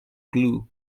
glue